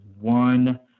one